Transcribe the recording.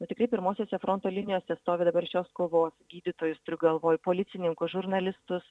nu tikrai pirmosiose fronto linijose stovi dabar šios kovos gydytojus turiu galvoj policininkus žurnalistus